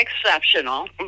exceptional